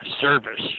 service